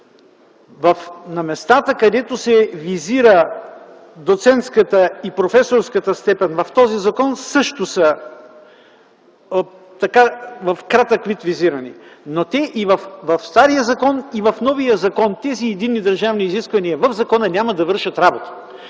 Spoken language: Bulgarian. На местата, където се визира доцентската и професорската степен в този закон, също са визирани в кратък вид. Но, и в стария, и в новия закон тези единни държавни изисквания в закона няма да вършат работа,